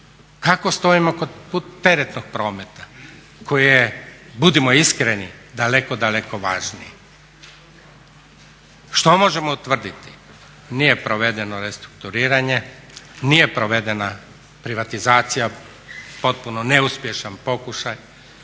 Kako stojimo kod teretnog prometa koji je, budimo iskreni, daleko, daleko važniji. Što možemo utvrditi? Nije provedeno restrukturiranje, nije provedena privatizacija, potpuno neuspješan pokušaj.